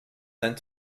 sent